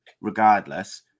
regardless